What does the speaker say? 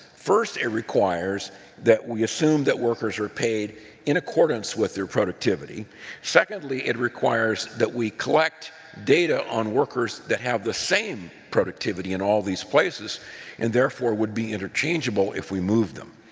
first, it requires that we assume that workers are paid in accord dance with their productivity, and secondly, it requires that we collect data on workers that have the same productivity in all these places and therefore would be interchangeable if we moved them.